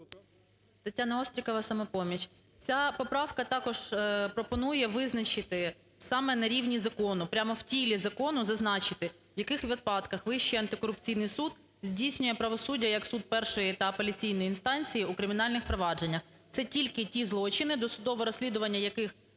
Тетяна Острікова, "Самопоміч". Ця поправка також пропонує визначити саме на рівні закону, прямо в тілі закону зазначити, в яких випадках Вищий антикорупційний суд здійснює правосуддя як суд першої та апеляційної інстанції в кримінальних провадженнях. Це тільки ті злочини, досудове розслідування яких